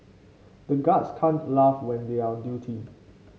the guards can't laugh when they are on duty